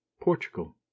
portugal